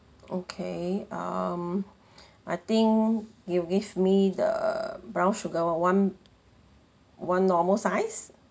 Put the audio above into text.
okay um I think you give me the brown sugar [one] one one normal size